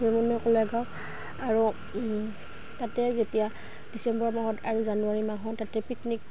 আৰু তাতে যেতিয়া ডিচেম্বৰ মাহত আৰু জানুৱাৰী মাহত তাতে পিকনিক